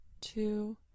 Two